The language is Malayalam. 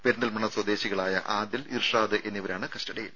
പെരിന്തൽമണ്ണ സ്വദേശികളായ ആദിൽ ഇർഷാദ് എന്നിവരാണ് കസ്റ്റഡിയിൽ